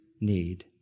need